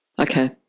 Okay